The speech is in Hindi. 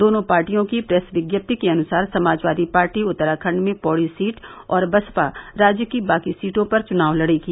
दोनों पार्टियों की प्रेस विज्ञप्ति के अनुसार समाजवादी पार्टी उत्तराखंड में पौड़ी सीट और बसपा राज्य की बाकी सीटों पर चुनाव लड़ेगी